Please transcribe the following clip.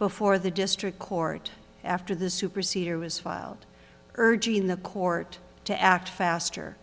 before the district court after this supersede or was filed urging the court to act faster